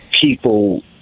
people